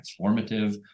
transformative